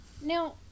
Now